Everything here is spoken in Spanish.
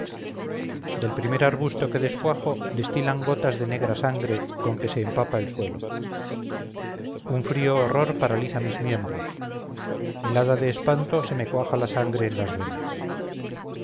del primer arbusto que descuajo destilan gotas de negra sangre con que se empapa el suelo un frío horror paraliza mis miembros helada de espanto se me cuaja la sangre en las venas